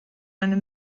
eine